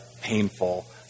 painful